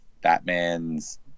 Batman's